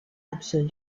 absolue